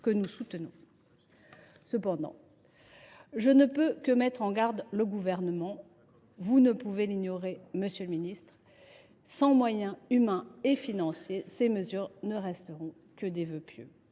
que nous soutenons. Cependant, je ne puis que mettre en garde le Gouvernement : vous ne pouvez l’ignorer, monsieur le ministre, sans moyens humains et financiers, ces dispositions ne seront que des vœux pieux.